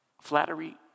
Flattery